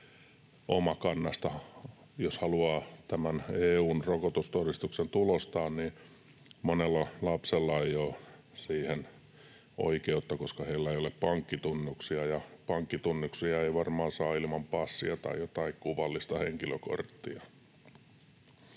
Omakannasta jos haluaa tämän EU:n rokotustodistuksen tulostaa, niin monella lapsella ei ole siihen oikeutta, koska heillä ei ole pankkitunnuksia, ja pankkitunnuksia ei varmaan saa ilman passia tai jotain kuvallista henkilökorttia.